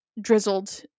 drizzled